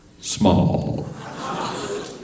small